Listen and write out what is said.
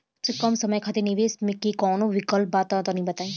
सबसे कम समय खातिर निवेश के कौनो विकल्प बा त तनि बताई?